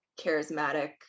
charismatic